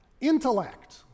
intellect